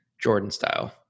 Jordan-style